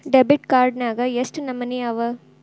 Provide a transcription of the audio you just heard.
Debit card ನ್ಯಾಗ್ ಯೆಷ್ಟ್ ನಮನಿ ಅವ?